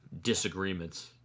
disagreements